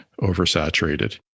oversaturated